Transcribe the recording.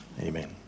Amen